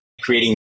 creating